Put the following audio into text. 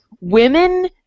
Women